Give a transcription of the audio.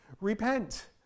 Repent